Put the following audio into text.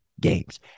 games